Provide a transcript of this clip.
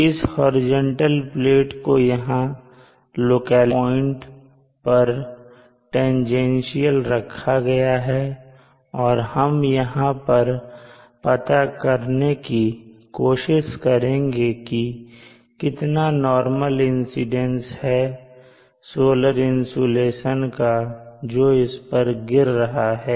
इस horizontal plate को यहां लोकेलिटी पॉइंट पर टैन्जेन्शल रखा गया है और हम यहां यह पता करने की कोशिश करेंगे कि कितना नॉर्मल इंसीडेंस है सोलर इंसुलेशन का जो इस पर गिर रहा है